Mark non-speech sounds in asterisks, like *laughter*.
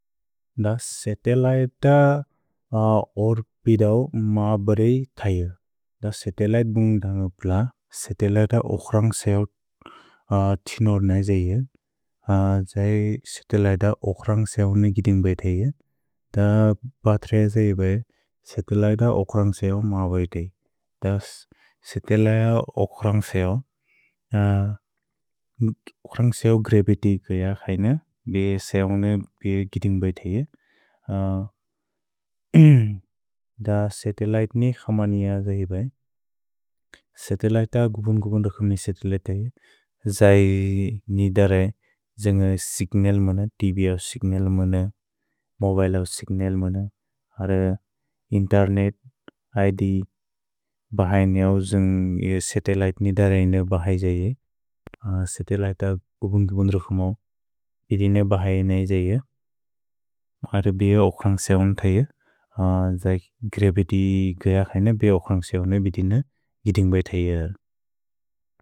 द सेतेलैत *hesitation* ओर्पिदौ मा बेरेइ थैअ। द सेतेलैत् बुन्ग् दन्गप्ल सेतेलैत ओख्रन्ग्सेउ तिनोर् नैजैअ। द्जै सेतेलैत ओख्रन्ग्सेउ ने गिदिन्बेइतेइअ। द बत्रैज इबे सेतेलैत ओख्रन्ग्सेउ मा बेइतेइ। द सेतेलैत ओख्रन्ग्सेउ, ओख्रन्ग्सेउ *hesitation* ग्रेबेति कुअ इअ क्सैन बे सेओ ने बे गिदिन्बेइतेइअ। *hesitation* द सेतेलैत ने क्समन् इअ द्जैब। सेतेलैत गुबुन् गुबुन् रुकुम् ने सेतेलैत इअ। द्जै निदरे द्जन्ग सिग्नल् मन, तिबि अव् सिग्नल् मन, मोबिले अव् सिग्नल् मन, अर इन्तेर्नेत् इद् *hesitation* बहैन अव् जन्ग् सेतेलैत निदरे इन बहै जैअ। सेतेलैत गुबुन् गुबुन् रुकुम् मौ, इदिन बहै इन इजैअ। अर बेअ ओख्रन्ग्सेउ उन्थैअ। *hesitation* द्जै ग्रेबेति गय क्सैन बेअ ओख्रन्ग्सेउ न बिदिन गिदिन्बेइथैअ।